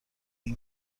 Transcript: این